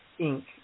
Inc